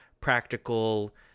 practical